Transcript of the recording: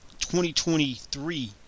2023